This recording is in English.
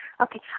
Okay